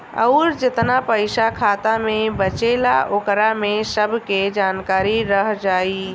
अउर जेतना पइसा खाता मे बचेला ओकरा में सब के जानकारी रह जाइ